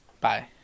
Bye